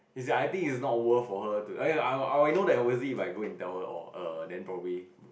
is I think is not worth for her to I mean I I will know that how was it if go to tell her err then probably